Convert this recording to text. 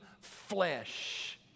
flesh